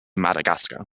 madagascar